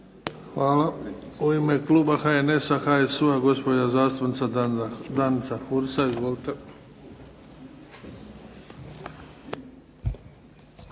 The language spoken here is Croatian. Hvala. U ime kluba HNS-a, HSU-a gospođa zastupnica Danica Hursa. Izvolite.